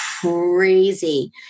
crazy